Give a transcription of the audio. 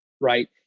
right